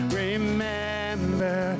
remember